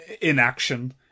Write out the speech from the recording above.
inaction